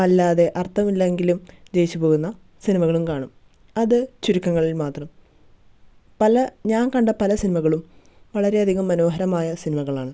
അല്ലാതെ അർത്ഥമില്ലെങ്കിലും ജയിച്ചു പോകുന്ന സിനിമകളും കാണും അത് ചുരുക്കങ്ങളിൽ മാത്രം പല ഞാൻ കണ്ട പല സിനിമകളും വളരെയധികം മനോഹരമായ സിനിമകളാണ്